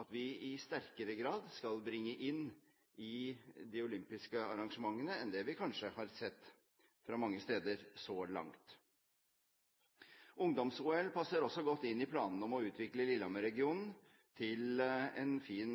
at vi i sterkere grad skal bringe dette inn i de olympiske arrangementene enn det vi kanskje har sett fra mange steder så langt. Ungdoms-OL passer også godt inn i planene om å utvikle Lillehammer-regionen til en fin